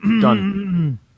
Done